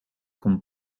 komt